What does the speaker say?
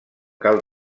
cal